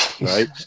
Right